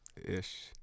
Ish